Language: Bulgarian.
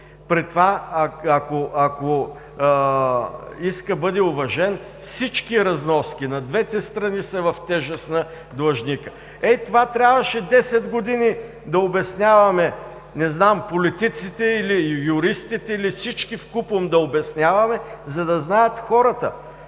ако искът бъде уважен, всички разноски на двете страни са в тежест на длъжника. Ето това трябваше десет години да обясняваме – не знам, политиците ли, юристите ли, всички вкупом да обясняваме, за да знаят хората